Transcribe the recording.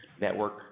network